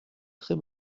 très